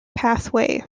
pathway